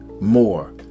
more